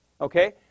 Okay